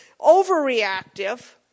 overreactive